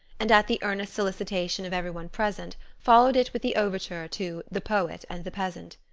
and at the earnest solicitation of every one present followed it with the overture to the poet and the peasant.